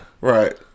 Right